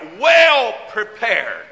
well-prepared